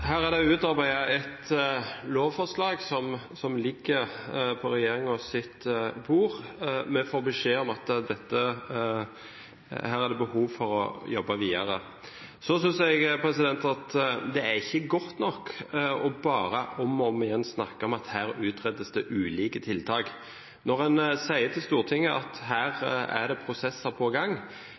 det utarbeidet et lovforslag som ligger på regjeringens bord. Vi får beskjed om at her er det behov for å jobbe videre. Jeg synes ikke det er godt nok bare å snakke – om og om igjen – om at det utredes ulike tiltak. Når en sier til Stortinget at det her er prosesser på gang,